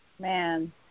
Man